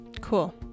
Cool